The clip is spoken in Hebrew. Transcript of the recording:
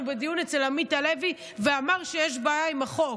בדיון אצל עמית הלוי ואמר שיש בעיה עם החוק.